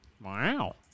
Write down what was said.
Wow